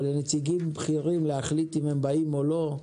או לנציגים בכירים להחליט אם הם באים או לא.